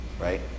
right